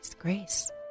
Grace